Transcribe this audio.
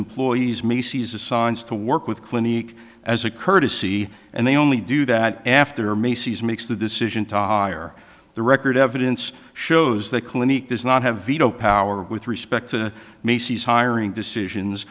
employees me seasons to work with clinique as a courtesy and they only do that after macy's makes the decision to hire the record evidence shows that clinique there's not have veto power with respect to macy's hiring decisions